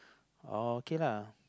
uh okay lah